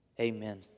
Amen